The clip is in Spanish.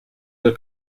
del